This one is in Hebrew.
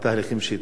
מהתהליכים שהתחלת.